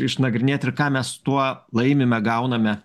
išnagrinėt ir ką mes tuo laimime gauname